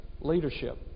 leadership